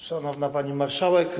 Szanowna Pani Marszałek!